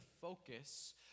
focus